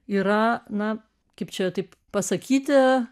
yra na kaip čia taip pasakyti